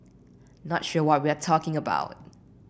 not sure what we're talking about